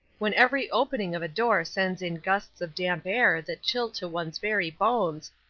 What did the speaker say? when every opening of a door sends in gusts of damp air that chill to one's very bones,